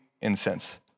incense